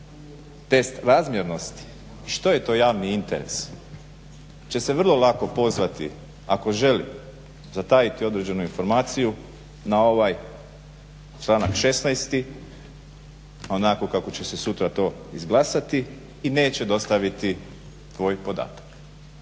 test razmjernosti i što je to javni interes će se vrlo lako pozvati ako želi zatajiti određenu informaciju na ovaj članak 16. onako kako će se sutra to izglasati i neće dostaviti podatak.